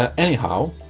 ah anyhow,